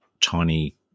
tiny